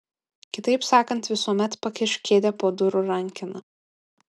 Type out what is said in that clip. kitaip sakant visuomet pakišk kėdę po durų rankena